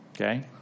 Okay